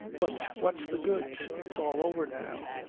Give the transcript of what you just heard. but what's the good? it's all over now.